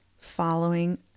following